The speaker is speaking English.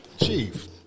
Chief